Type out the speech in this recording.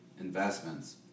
investments